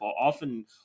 often